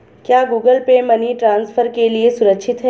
क्या Google Pay money transfer के लिए सुरक्षित है?